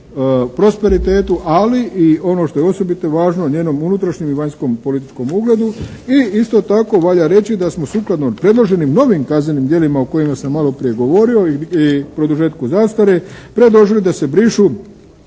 prosperitetu. Ali i ono što je osobito važno njenom unutrašnjem i vanjskom političkom ugledu. I isto valja reći da smo sukladno predloženim novim kaznenim djelima o kojima sam malo prije govorio i produžetku zastare predložio da se brišu